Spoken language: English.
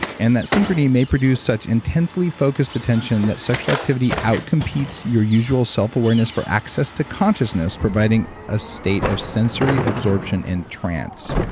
and that synchrony may produce such intensely focused attention that sexual activity out competes your usual self-awareness for access to consciousness, providing a state of sensory absorption and trance.